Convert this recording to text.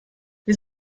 wir